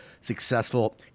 successful